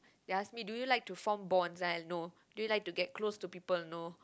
they ask me do you like to form bonds then i no do you like to get close to people no